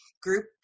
group